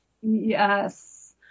Yes